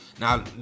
now